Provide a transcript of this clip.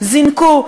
זינקו,